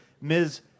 Ms